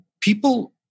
people